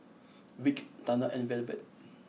Vic Tana and Velvet